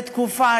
בתקופה,